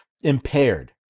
impaired